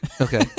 Okay